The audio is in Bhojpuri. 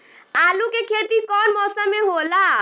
आलू के खेती कउन मौसम में होला?